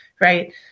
right